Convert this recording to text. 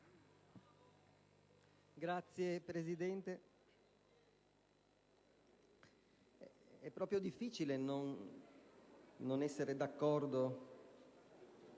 Signor Presidente, è proprio difficile non essere d'accordo